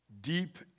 deep